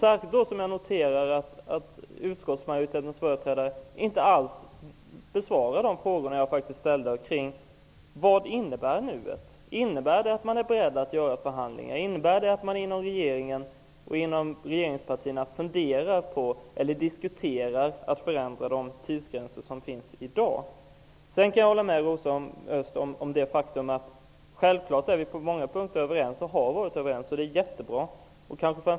Särskilt som jag noterar att utskottsmajoritetens företrädare inte alls besvarar de frågor jag ställde om vad ''nuet'' innebär. Innebär det att man är beredd att förhandla? Innebär det att regeringen och regeringspartierna funderar eller diskuterar att förändra de tidsgränser som finns i dag? Sedan kan jag hålla med Rosa Östh om det faktum att vi är överens, och har varit överens, på många punkter. Det är jättebra.